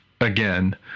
again